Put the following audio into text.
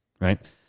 right